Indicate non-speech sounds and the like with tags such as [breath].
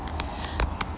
[breath]